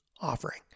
offering